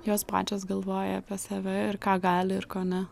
jos pačios galvoja apie save ir ką gali ir ko ne